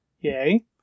Yay